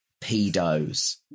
pedos